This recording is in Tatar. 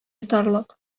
йотарлык